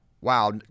wow